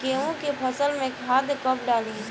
गेहूं के फसल में खाद कब डाली?